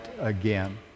again